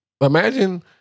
imagine